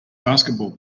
basketball